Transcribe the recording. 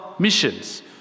missions